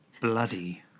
Bloody